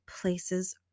places